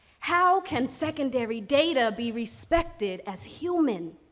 how can secondary data be respected as human?